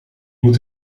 moet